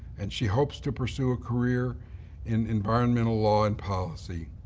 and she hopes to pursue a career in environmental law and policy.